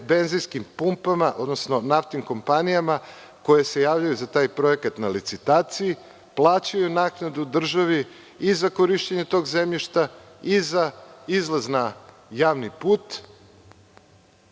benzinskim pumpama, odnosno naftnim kompanijama koje se javljaju za taj projekat na licitaciji. Plaćaju naknadu državi i za korišćenje tog zemljišta i za izlaz na javni